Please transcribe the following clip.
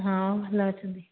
ହଁ ଭଲ ଅଛନ୍ତି